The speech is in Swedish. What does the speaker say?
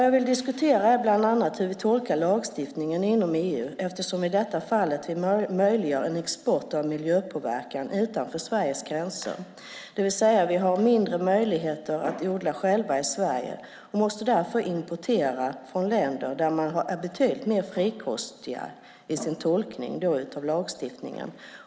Jag vill bland annat diskutera hur vi tolkar lagstiftningen inom EU eftersom vi i detta fall möjliggör en export av miljöpåverkan utanför Sveriges gränser, det vill säga att vi har mindre möjligheter att odla själva i Sverige och därför måste importera från länder där man är betydligt mer frikostig i sin tolkning av lagstiftningen.